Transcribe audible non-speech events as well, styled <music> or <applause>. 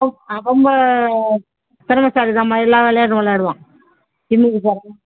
அவங்க திறமசாலிதாம்மா எல்லா விளையாட்டும் விளையாடுவான் இன்னும் <unintelligible>